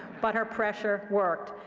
but her pressure worked.